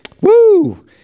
Woo